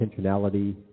intentionality